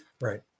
Right